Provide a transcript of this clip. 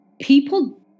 people